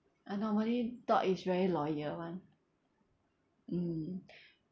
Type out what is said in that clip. uh normally dog is very loyal [one] mm